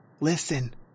Listen